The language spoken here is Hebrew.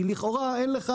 לכאורה אין לך